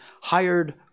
hired